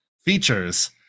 features